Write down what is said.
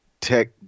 Tech